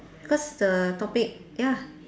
because the topic ya